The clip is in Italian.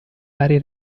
vari